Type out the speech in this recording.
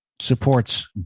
supports